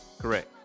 correct